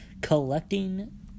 Collecting